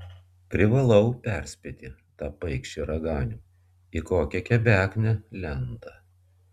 privalau perspėti tą paikšį raganių į kokią kebeknę lenda